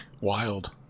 wild